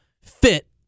fit